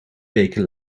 weken